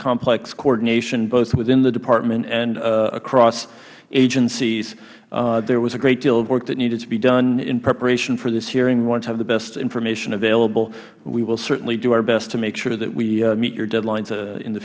complex coordination both within the department and across agencies there was a great deal of work that needed to be done in preparation for this hearing we wanted to have the best information available we will certainly do our best to make sure that we meet your deadlines in the